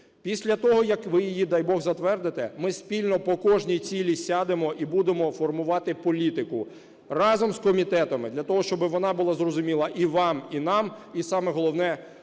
Після того, як ви її, дай Бог, затвердите, ми спільно по кожній цілі сядемо і будемо формувати політику разом з комітетами для того, щоб вона була зрозуміла і вам, і нам, і саме головне